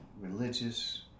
religious